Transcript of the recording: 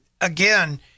again